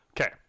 Okay